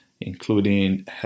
including